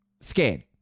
scared